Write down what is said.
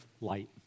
light